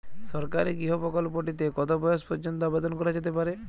সরকারি গৃহ প্রকল্পটি তে কত বয়স পর্যন্ত আবেদন করা যেতে পারে?